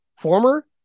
Former